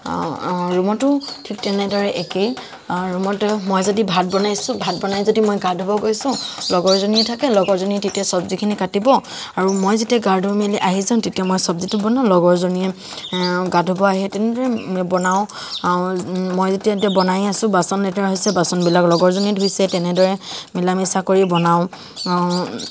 ৰুমটো ঠিক তেনেদৰে একে ৰুমটো মই যদি ভাত বনাইছো ভাত বনাই যদি মই গা ধুব গৈছো লগৰজনী থাকে লগৰজনী তেতিয়া চবজি খিনি কাটিব আৰু মই যেতিয়া গা ধুই মেলি আহি যাম তেতিয়া মই চবজিটো বনাম লগৰজনীয়ে গা ধুব আহে তেনেদৰে বনাওঁ মই যেতিয়া এতিয়া বনাইয়ে আছো বাচন লেতেৰা হৈছো বাচন বিলাক লগৰজনীয়ে ধুইছে তেনেদৰে মিলা মিচা কৰি বনাওঁ